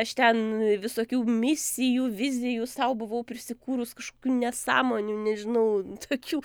aš ten visokių misijų vizijų sau buvau prisikūrus kažkokių nesąmonių nežinau pačių